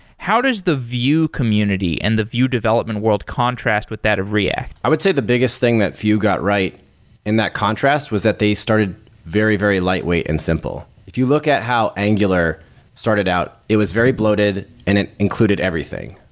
how does the view community and the view development world contrast with that of react? i would say the biggest thing that view got right in that contrast was that they started very, very lightweight and simple. if you look at how angular started out, it was very bloated and it included everything,